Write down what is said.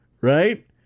Right